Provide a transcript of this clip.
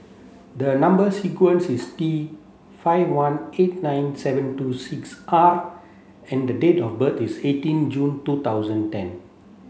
the number sequence is T five one eight nine seven two six R and the date of birth is eighteen June two thousand ten